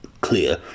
clear